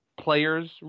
players